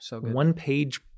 one-page